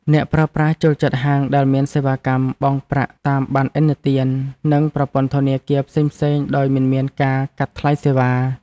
អ្នកប្រើប្រាស់ចូលចិត្តហាងដែលមានសេវាកម្មបង់ប្រាក់តាមបណ្ណឥណទាន និងប្រព័ន្ធធនាគារផ្សេងៗដោយមិនមានការកាត់ថ្លៃសេវា។